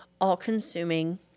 all-consuming